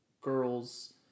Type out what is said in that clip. girls